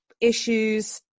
issues